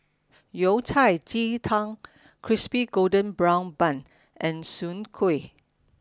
Yao Cai Ji Tang Crispy Golden Brown Bun and Soon Kuih